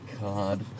God